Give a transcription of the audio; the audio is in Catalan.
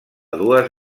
dues